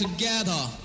together